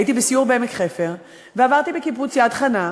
הייתי בסיור בעמק-חפר ועברתי בקיבוץ יד-חנה,